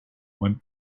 went